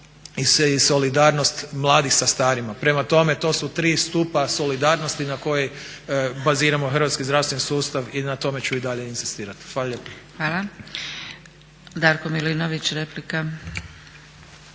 i solidarnost mladih sa starima. Prema tome to su tri stupa solidarnosti na kojima baziramo hrvatski zdravstveni sustav i na tome ću i dalje inzistirati. Hvala lijepo. **Zgrebec, Dragica